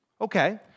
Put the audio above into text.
Okay